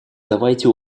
давайте